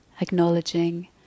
acknowledging